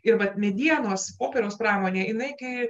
ir vat medienos popieriaus pramonė jinai kai